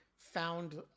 found